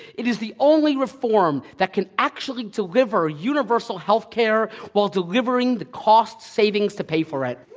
it is the only reform that can actually deliver universal healthcare while delivering the cost savings to pay for it.